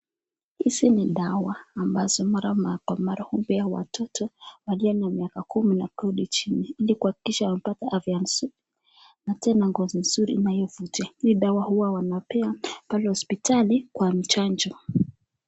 Hizi ni dawa ambazo mara kwa mara hupewa watoto wakiwa na miaka kumi na kurudi chini ili kuhakikisha watoto afya nzuri na tena ngozi nzuri inayovutia, hii dawa huwa wanapea pale hospitali kwa mchanjo.